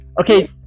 Okay